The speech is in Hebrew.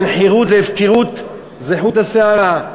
בין חירות להפקרות זה חוט השערה.